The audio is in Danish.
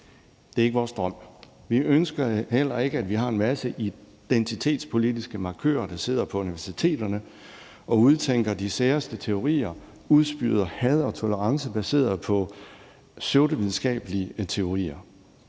Det er ikke vores drøm. Vi ønsker heller ikke, at vi har en masse identitetspolitiske markører, der sidder på universiteterne og udtænker de særeste teorier og udspyer had og tolerance baseret på pseudovidenskabelige teorier.